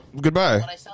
goodbye